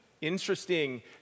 interesting